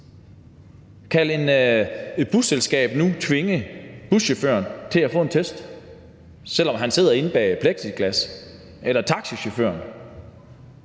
Kan et busselskab nu tvinge buschaufføren til at få en test, selv om han sidder inde bag plexiglas? Eller hvad med taxachaufføren?